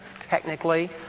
technically